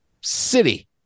city